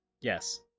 yes